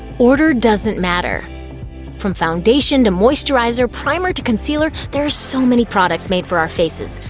order doesn't matter from foundation to moisturizer, primer to concealer, there are so many products made for our faces.